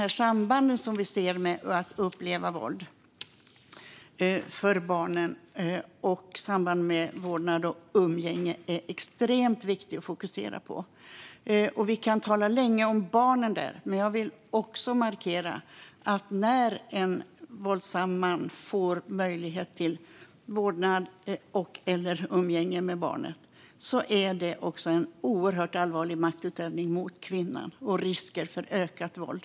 De samband i vårdnad och umgänge som vi ser när barn upplever våld är extremt viktiga att fokusera på. Vi kan tala länge om barnen i detta, men jag vill också markera att när en våldsam man får vårdnad och/eller rätt till umgänge med barnet är det en oerhört allvarlig maktutövning mot kvinnan. Det utgör också en risk för ökat våld.